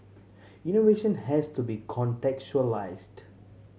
innovation has to be contextualised